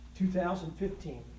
2015